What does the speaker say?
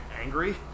angry